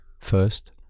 first